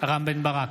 רם בן ברק,